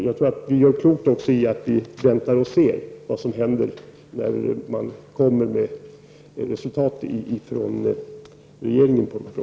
Jag tror att vi gör klokt i att vänta och se vad som händer när regeringen redovisar resultat i de här frågorna.